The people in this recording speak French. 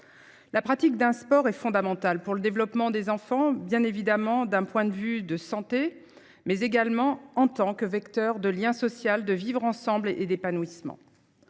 La pratique d'un sport est fondamental pour le développement des enfants bien évidemment d'un point de vue de santé mais également en tant que vecteur de lien social, de vivre ensemble et d'épanouissement.